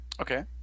Okay